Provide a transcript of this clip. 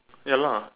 ya lah